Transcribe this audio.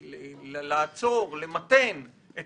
לעצור, למתן את